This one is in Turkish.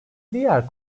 diğer